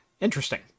Interesting